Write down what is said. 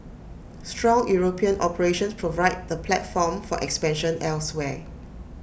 strong european operations provide the platform for expansion elsewhere